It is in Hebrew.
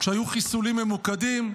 כשהיו חיסולים ממוקדים,